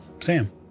Sam